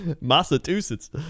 Massachusetts